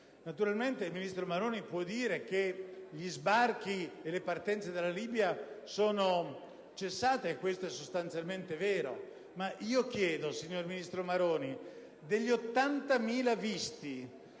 Naturalmente il ministro Maroni può dire che gli sbarchi e le partenze dalla Libia sono cessate, e questo è sostanzialmente vero. Ma le chiedo, signor ministro Maroni: degli 80.000 visti